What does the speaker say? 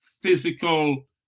physical